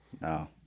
No